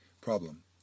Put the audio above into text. Problem